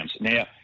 Now